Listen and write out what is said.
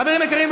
חברים יקרים,